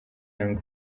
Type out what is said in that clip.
young